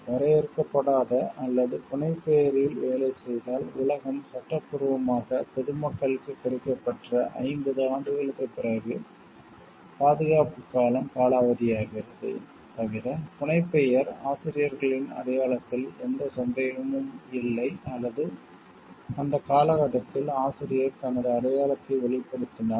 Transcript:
வரையறுக்கப்படாத அல்லது புனைப்பெயரில் வேலை செய்தால் உலகம் சட்டப்பூர்வமாக பொதுமக்களுக்கு கிடைக்கப்பெற்ற 50 ஆண்டுகளுக்குப் பிறகு பாதுகாப்புக் காலம் காலாவதியாகிறது தவிர புனைப்பெயர் ஆசிரியர்களின் அடையாளத்தில் எந்த சந்தேகமும் இல்லை அல்லது அந்த காலகட்டத்தில் ஆசிரியர் தனது அடையாளத்தை வெளிப்படுத்தினால்